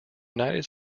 united